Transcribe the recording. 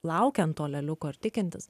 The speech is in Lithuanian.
laukiant to lėliuko ir tikintis